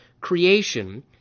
creation